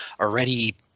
already